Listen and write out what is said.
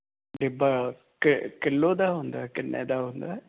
ਡਿੱਬਾ kilo ਦਾ ਹੁੰਦਾ ਕਿੰਨੇ ਦਾ ਹੁੰਦਾ